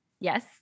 yes